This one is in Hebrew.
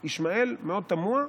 ישמעאל, מאוד תמוה,